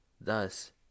Thus